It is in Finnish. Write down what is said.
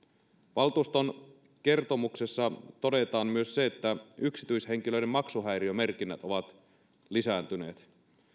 valtuuston kertomuksessa todetaan myös se että yksityishenkilöiden maksuhäiriömerkinnät ovat lisääntyneet